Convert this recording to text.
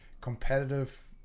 competitive